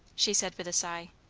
she said with a sigh.